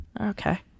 Okay